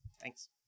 Thanks